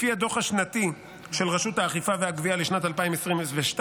לפי הדוח השנתי של רשות האכיפה והגבייה לשנת 2022,